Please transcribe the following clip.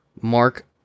Mark